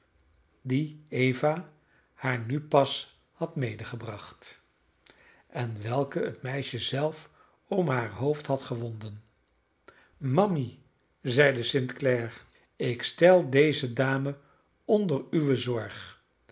dien eva haar nu pas had medegebracht en welken het meisje zelf om haar hoofd had gewonden mammy zeide st clare ik stel deze dame onder uwe zorg